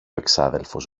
εξάδελφος